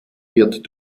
wird